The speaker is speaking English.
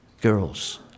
girls